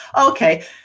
Okay